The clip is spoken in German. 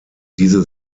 diese